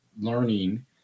learning